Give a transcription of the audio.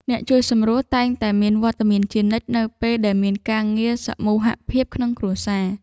អ្នកជួយសម្រួលតែងតែមានវត្តមានជានិច្ចនៅពេលដែលមានការងារសមូហភាពក្នុងគ្រួសារ។